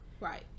right